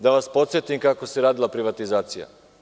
Da vas podsetim kako se radila privatizacija.